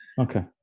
Okay